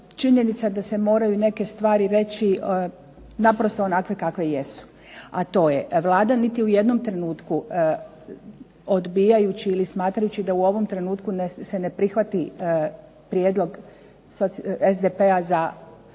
činjenica da se moraju neke stvari reći naprosto onakve kakve jesu. A to je Vlada niti u jednom trenutku odbijajući ili smatrajući da u ovom trenutku se ne prihvati prijedlog SDP-a za